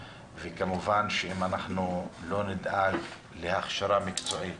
וכמובן שאם אנחנו לא נדאג להכשרה מקצועית